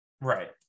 Right